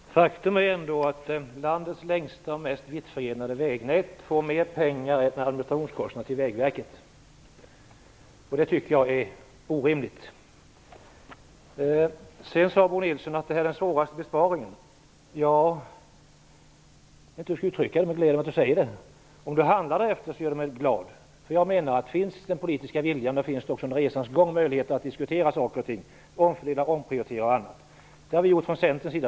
Fru talman! Faktum är ändå att landets längsta och mest vittförgrenade vägnät inte får mer pengar än medlen till administrationskostnaderna för Vägverket, och det tycker jag är orimligt. Bo Nilsson sade att detta är den svåraste besparingen. Det gläder mig att han säger så, och om han också handlade därefter skulle jag bli ännu gladare. Jag menar att om den politiska viljan finns, har man också möjligheter att under resans gång diskutera saker och ting, t.ex. omfördelningar och omprioriteringar. Sådana har vi gjort från Centerns sida.